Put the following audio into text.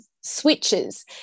switches